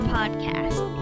Podcast